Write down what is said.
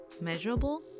Measurable